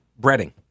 breading